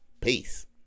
peace